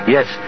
Yes